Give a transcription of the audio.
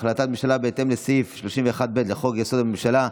החלטת ממשלה בהתאם לסעיף 31(ב) לחוק-יסוד: הממשלה,